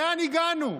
לאן הגענו?